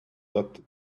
that